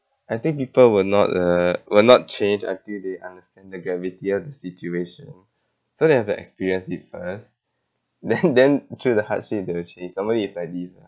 I think people will not uh will not change until they understand the gravity of the situation so you have to experience it first then then through the hardship they will change normally is like this lah